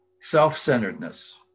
self-centeredness